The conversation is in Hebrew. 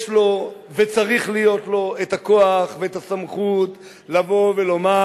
יש לו, וצריכים להיות לו הכוח והסמכות לבוא ולומר: